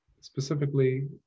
specifically